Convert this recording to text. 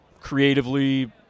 creatively